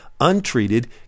untreated